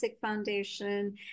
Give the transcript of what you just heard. foundation